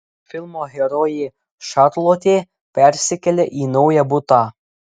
filmo herojė šarlotė persikelia į naują butą